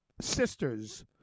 sister's